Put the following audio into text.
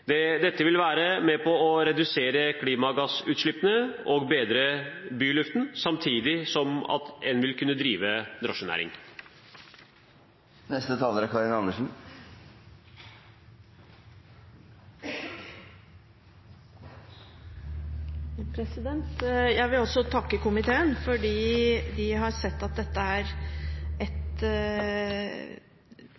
muligheter. Dette vil være med på å redusere klimagassutslippene og bedre byluften, samtidig som en vil kunne drive drosjenæring. Jeg vil også takke komiteen, for den har sett at dette er